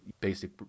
basic